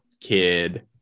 Kid